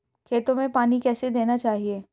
खेतों में पानी कैसे देना चाहिए?